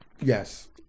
Yes